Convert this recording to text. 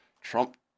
Trump